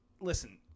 listen